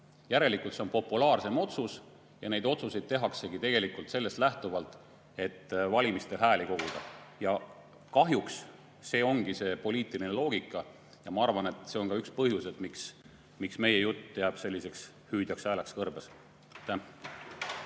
Järelikult see on populaarsem otsus. Neid otsuseid tehaksegi tegelikult sellest lähtuvalt, et valimistel hääli koguda. Kahjuks see ongi see poliitiline loogika. Ma arvan, et see on ka üks põhjus, miks meie jutt jääb hüüdjaks hääleks kõrbes.